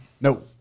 No